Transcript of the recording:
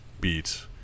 beat